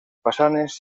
façanes